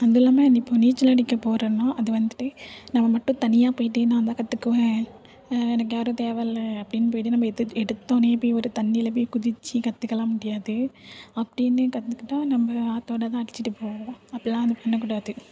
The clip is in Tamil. அது இல்லாமல் இப்போ நீச்சல் அடிக்க போகிறேன்னா அது வந்துட்டு நம்ம மட்டும் தனியாக போயிட்டு நான் தான் கற்றுக்குவேன் எனக்கு யாரும் தேவயில்ல அப்படின் போயிட்டு நம்ம எடுத் எடுத்தோடனே போய் ஒரு தண்ணியில் போய் குதித்து கற்றுக்கலாம் முடியாது அப்படின்னு கற்றுக்கிட்டா நம்ம ஆற்றோட தான் அடித்துட்டு போவோம் அப்படிலான் வந்து பண்ணக்கூடாது